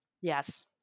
yes